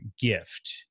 gift